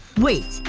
wait.